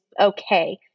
okay